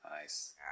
Nice